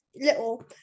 little